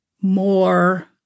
more